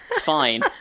fine